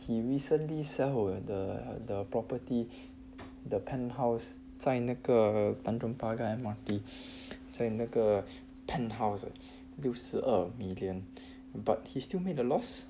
he recently sell the the property the penthouse 在那个 tanjong pagar M_R_T 在那个 penthouses 六十二 million but he's still made a loss